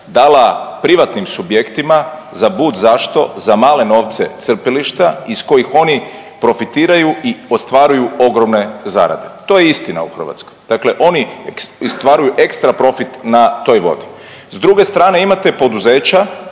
dala privatnim subjektima za budzašto, za male novce crpilišta iz kojih oni profitiraju i ostvaruju ogromne zarade. To je istina u Hrvatskoj, dakle oni ostvaruju ekstra profit na toj vodi. S druge strane imate poduzeća,